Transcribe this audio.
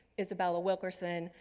isabel ah wilkerson,